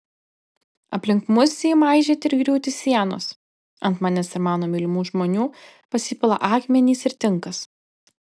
aplink mus ima aižėti ir griūti sienos ant manęs ir mano mylimų žmonių pasipila akmenys ir tinkas